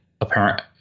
apparent